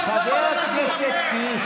בבקשה, חבר הכנסת קיש.